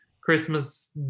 Christmas